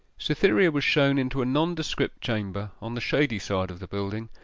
cytherea was shown into a nondescript chamber, on the shady side of the building,